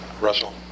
Russell